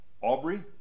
Aubrey